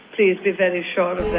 please be very sure of that.